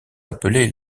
appelés